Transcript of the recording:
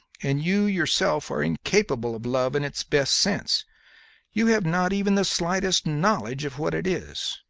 and you yourself are incapable of love in its best sense you have not even the slightest knowledge of what it is.